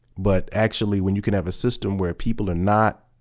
but actually when you can have a system where people are not,